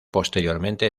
posteriormente